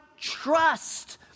trust